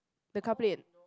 the car plate